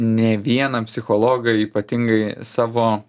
ne vieną psichologą ypatingai savo